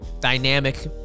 dynamic